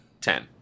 Ten